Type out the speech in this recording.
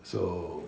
so